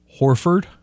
Horford